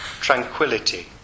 tranquility